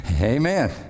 amen